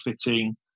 fitting